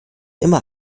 immer